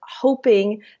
hoping